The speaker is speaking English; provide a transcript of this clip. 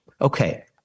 okay